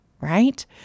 right